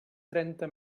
trenta